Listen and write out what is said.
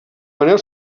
manuel